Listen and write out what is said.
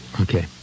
Okay